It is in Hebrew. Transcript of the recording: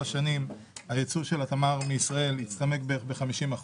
שנים הייצוא של התמר מישראל יצטמק בערך ב-50%,